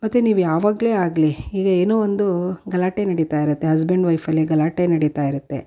ಮತ್ತು ನೀವು ಯಾವಾಗಲೇ ಆಗಲಿ ಈಗ ಏನೋ ಒಂದು ಗಲಾಟೆ ನಡೀತಾ ಇರುತ್ತೆ ಹಸ್ಬೆಂಡ್ ವೈಫಲ್ಲಿ ಗಲಾಟೆ ನಡೀತಾ ಇರುತ್ತೆ